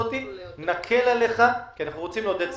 הזאת נקל עליכם כי אנחנו רוצים לעודד צמיחה.